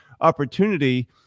opportunity